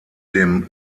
dem